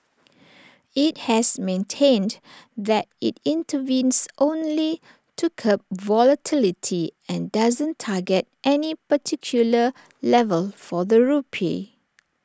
IT has maintained that IT intervenes only to curb volatility and doesn't target any particular level for the rupee